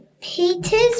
Peter's